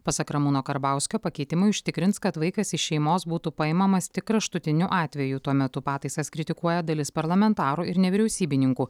pasak ramūno karbauskio pakeitimai užtikrins kad vaikas iš šeimos būtų paimamas tik kraštutiniu atveju tuo metu pataisas kritikuoja dalis parlamentarų ir nevyriausybininkų